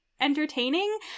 entertaining